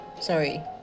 Sorry